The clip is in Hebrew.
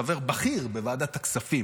חבר בכיר בוועדת כספים,